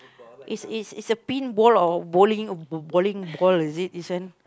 is is is a pinball or a bowling bowling ball is it this one